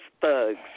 thugs